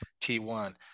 T1